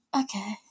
okay